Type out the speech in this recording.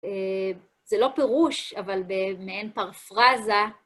זה לא פירוש, אבל מעין פרפרזה.